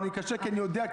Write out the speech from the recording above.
זה קשה כי אני יודע,